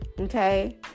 Okay